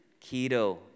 Keto